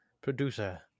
producer